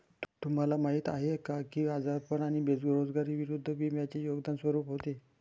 तुम्हाला माहीत आहे का की आजारपण आणि बेरोजगारी विरुद्ध विम्याचे योगदान स्वरूप होते?